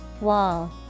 Wall